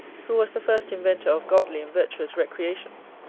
who was the first inventor of godly and virtuous recreations,